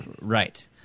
Right